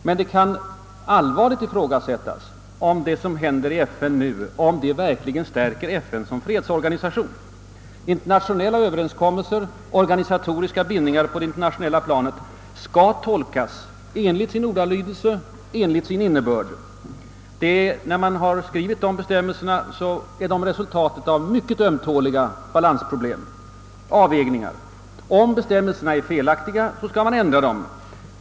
Men det kan allvarligt ifrågasättas, om det som händer i FN nu verkligen stärker FN som fredsorganisation, Internationella överenskommelser och organisatoriska bindningar på det internationella planet skall tolkas enligt sin ordalydelse och innebörd. Dessa bestämmelser är resultatet av diskussioner och avvägningar av mycket ömtåliga balansproblem. Om bestämmelserna är felaktiga, skall man ändra dem.